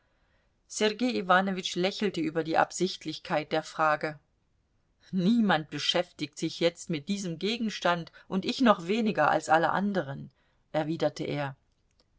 sergei iwanowitsch lächelte über die absichtlichkeit der frage niemand beschäftigt sich jetzt mit diesem gegenstand und ich noch weniger als alle anderen erwiderte er